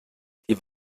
die